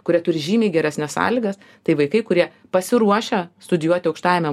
kurie turi žymiai geresnes sąlygas tai vaikai kurie pasiruošę studijuoti aukštajame